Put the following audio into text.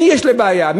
מי יש להם בעיה?